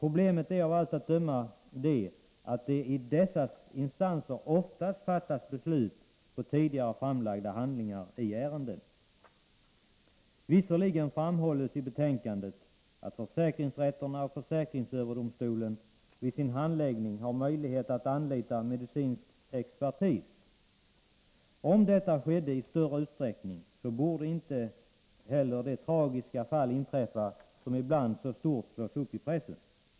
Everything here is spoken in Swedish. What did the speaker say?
Av allt att döma är problemet att dessa instanser oftast fattar beslut på tidigare framlagda handlingar i ärendet. Visserligen framhålls i betänkandet att försäkringsrätterna och försäkringsöverdomstolen vid sin handläggning har möjlighet att anlita medicinsk expertis. Om detta skedde i större utsträckning, borde inte de tragiska fall inträffa som ibland så stort slås upp i pressen.